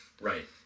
right